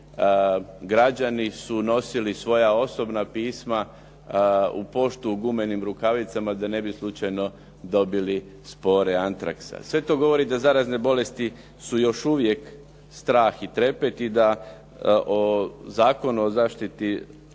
građani su nosili svoja osobna pisma u poštu u gumenim rukavicama da ne bi slučajno dobili spore antraksa. Sve to govori da zarazne bolesti su još uvijek strah i trepet i da Zakon o zaštiti